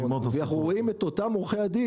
ואותם עורכי דין,